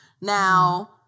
Now